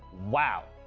wow,